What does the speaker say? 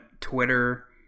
Twitter